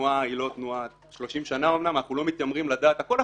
התנועה לא קיימת אמנם 30 שנה ואנחנו לא מתיימרים לדעת הכול,